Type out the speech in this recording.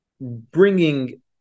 bringing